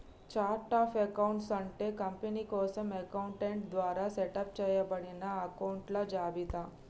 chart of accounts అంటే company కోసం accountant ద్వారా సెటప్ చేయబడిన అకొంట్ల జాబితా